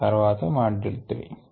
తర్వాత మాడ్యూల్ 3